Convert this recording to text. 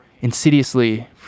insidiously